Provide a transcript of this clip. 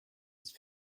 ist